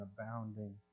abounding